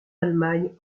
allemagne